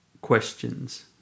questions